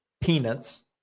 peanuts